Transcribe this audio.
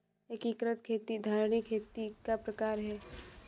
एकीकृत खेती धारणीय खेती का प्रकार है